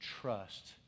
trust